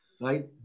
Right